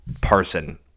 person